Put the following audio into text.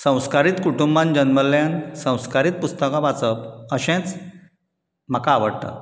संस्कारीत कुटुंबांत जल्मल्ल्यान संस्कारीत पुस्तकां वाचप अशेंच म्हाका आवडटा